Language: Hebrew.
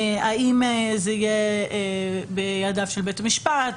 האם זה יהיה בידיו של בית המשפט,